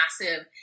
massive